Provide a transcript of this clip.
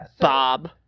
Bob